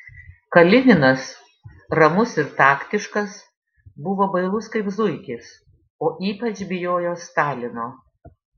kalininas ramus ir taktiškas buvo bailus kaip zuikis o ypač bijojo stalino